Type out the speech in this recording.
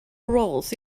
roles